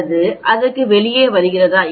அல்லது அதற்கு வெளியே வருகிறதா